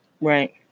Right